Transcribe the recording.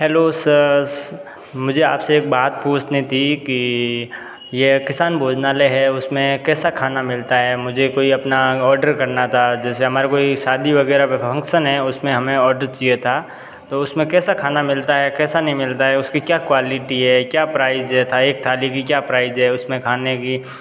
hello sirs मुझे आपसे एक बात पूछनी थी कि ये किसान भोजनालय है उसमें कैसा खाना मिलता है मुझे कोई अपना ऑर्डर करना था जैसे हमारा कोई शादी वगैरह फ़ंक्शन है उसमे हमें ऑर्डर चाहिए था तो उसमें कैसा खाना मिलता है कैसा नहीं मिलता है उसकी क्या क्वालिटी है क्या प्राइज है था एक थाली की क्या प्राइज है उसमें खाने की